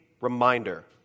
reminder